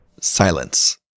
silence